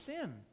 sin